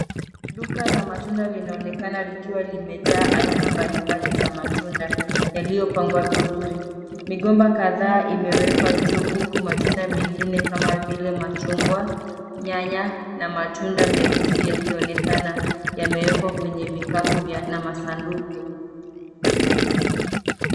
Duka la matunda linaonekana likiwa kumejaa aina mbalimbali za matunda yaliyopangwa vizuri, migomba kadhaa imewekwa juu huku mingine kama vile machungwa, nyanya na matunda mweusi yakionekana yamewekwa kwenye vikapu na masanduku